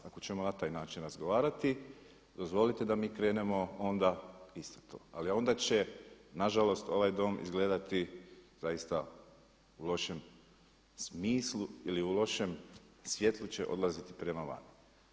Ako ćemo na taj način razgovarati, dozvolite da mi krenemo onda isto tako, ali onda će nažalost ovaj Dom izgledati zaista u lošem smislu ili u lošem svjetlu će odlaziti prema vam.